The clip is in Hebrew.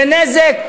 זה נזק.